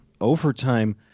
overtime